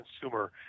consumer